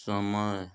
समय